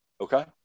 okay